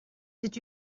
did